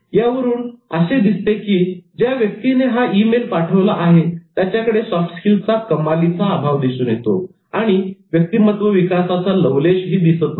यावरून असे दिसते की ज्या व्यक्तीने हा ई मेल पाठविला आहे त्याच्याकडे सॉफ्ट स्किल्सचा कमालीचा अभाव दिसून येतो आणि व्यक्तिमत्व विकासाचा लवलेशही दिसत नाही